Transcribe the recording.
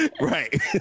right